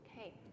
Okay